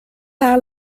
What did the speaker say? par